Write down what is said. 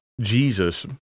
Jesus